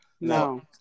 No